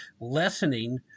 lessening